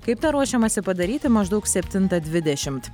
kaip tą ruošiamasi padaryti maždaug septintą dvidešimt